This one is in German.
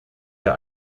der